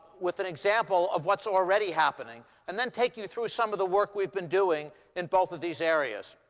with an example of what's already happening and then take you through some of the work we've been doing in both of these areas.